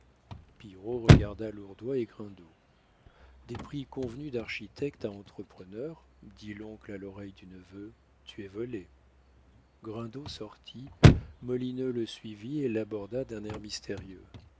pillerault regarda lourdois et grindot des prix convenus d'architecte à entrepreneur dit l'oncle à l'oreille du neveu tu es volé grindot sortit molineux le suivit et l'aborda d'un air mystérieux